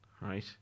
right